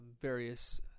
various